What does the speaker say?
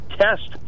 test